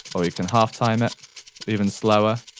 or we can half time it even slower.